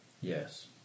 Yes